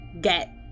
get